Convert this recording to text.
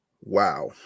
wow